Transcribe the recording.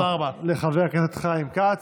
תודה רבה לחבר הכנסת חיים כץ.